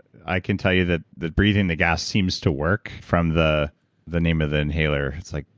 i can tell you that that breathing the gas seems to work from, the the name of the inhaler, it's like